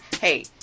Hey